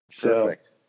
Perfect